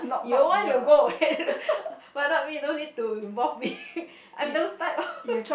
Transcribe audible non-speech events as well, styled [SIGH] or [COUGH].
you want you go ahead [LAUGHS] but not me no need to involve me [LAUGHS] I'm those type [LAUGHS]